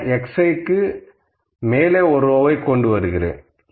இந்த xiக்கு மேலே ஒரு ரோவை கொண்டு வருகிறேன்